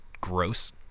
gross